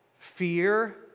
Fear